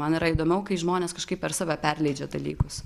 man yra įdomiau kai žmonės kažkaip per save perleidžia dalykus